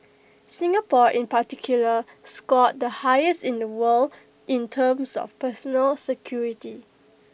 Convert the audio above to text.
Singapore in particular scored the highest in the world in terms of personal security